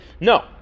No